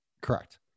Correct